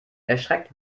erschreckt